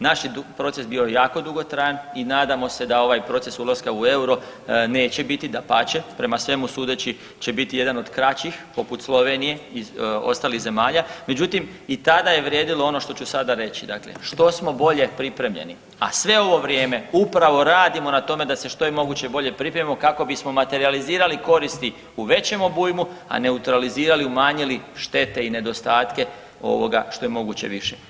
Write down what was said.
Naš je proces bio jako dugotrajan i nadamo se da ovaj proces ulaska u euro neće biti, dapače prema svemu sudeći će biti jedan od kraćih poput Slovenije i ostalih zemalja, međutim i tada je vrijedilo ono što ću sada reći, dakle što smo bolje pripremljeni, a sve ovo vrijeme upravo radimo na tome da se što je moguće bolje pripremimo kako bismo materijalizirali koristi u većem obujmu, a neutralizirali i umanjili štete i nedostatke ovoga što je moguće više.